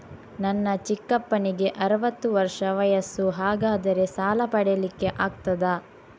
ನನ್ನ ಚಿಕ್ಕಪ್ಪನಿಗೆ ಅರವತ್ತು ವರ್ಷ ವಯಸ್ಸು, ಹಾಗಾದರೆ ಸಾಲ ಪಡೆಲಿಕ್ಕೆ ಆಗ್ತದ?